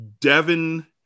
Devin